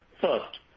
First